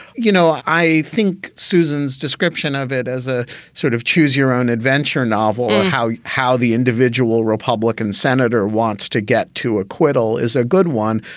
you know, i think susan's description of it as a sort of choose your own adventure novel, how you how the individual republican senator wants to get to acquittal is a good one.